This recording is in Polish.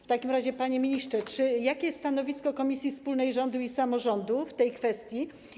W takim razie, panie ministrze, jakie jest stanowisko komisji wspólnej rządu i samorządu w tej kwestii?